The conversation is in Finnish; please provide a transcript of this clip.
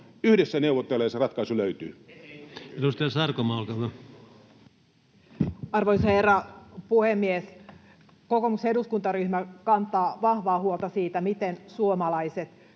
yhdessä neuvotellen se ratkaisu löytyy. Edustaja Sarkomaa, olkaa hyvä. Arvoisa herra puhemies! Kokoomuksen eduskuntaryhmä kantaa vahvaa huolta siitä, miten suomalaiset